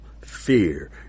fear